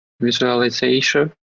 visualization